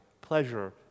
pleasure